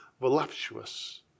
voluptuous